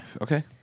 Okay